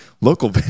Local